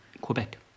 Quebec